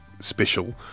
special